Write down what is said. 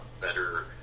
better